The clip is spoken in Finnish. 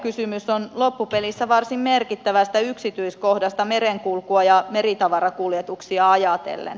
kysymys on loppupeleissä varsin merkittävästä yksityiskohdasta merenkulkua ja meritavarakuljetuksia ajatellen